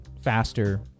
faster